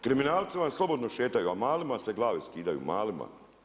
Kriminalci slobodno šetaju, a malima se glave skidaju, malima.